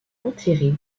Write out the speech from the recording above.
enterré